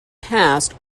passed